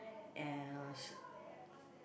as